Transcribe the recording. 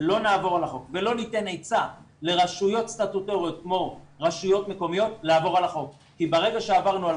ולא ניתן עצה לרשויות סטטוטוריות כמו רשויות מקומיות לעבור על החוק.